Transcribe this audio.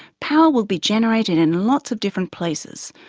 power will be generated in lots of different places,